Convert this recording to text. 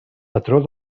patró